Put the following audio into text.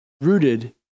Rooted